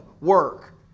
work